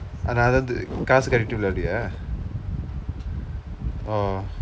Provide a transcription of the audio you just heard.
ஆனா அது அது காசு கட்டிட்டு விளையாடுவியா:aanaa athu athu kaasu katditdu vilaiyaaduviyaa oh